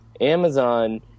Amazon